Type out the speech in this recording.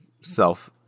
self